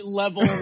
level